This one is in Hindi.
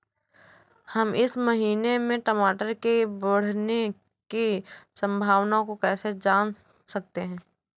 हम इस महीने में टमाटर के बढ़ने की संभावना को कैसे जान सकते हैं?